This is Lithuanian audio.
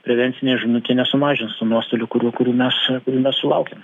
prevencinė žinutė nesumažins tų nuostolių kurių kurių mes nesulaukėm